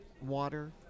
water